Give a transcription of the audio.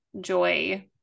joy